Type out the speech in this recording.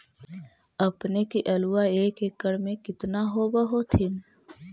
अपने के आलुआ एक एकड़ मे कितना होब होत्थिन?